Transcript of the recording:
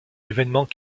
évènements